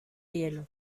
hielo